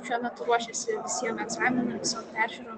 šiuo metu ruošiasi visiem egzaminam visom peržiūrom